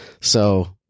So-